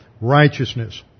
righteousness